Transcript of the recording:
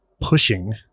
pushing